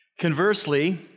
Conversely